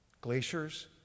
glaciers